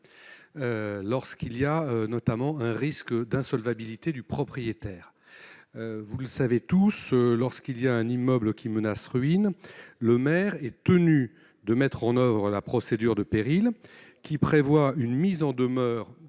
lorsqu'il y a notamment un risque d'insolvabilité du propriétaire, vous le savez tous lorsqu'il y a un immeuble qui menace ruine le maire est tenu de mettre en oeuvre la procédure de péril qui prévoit une mise en demeure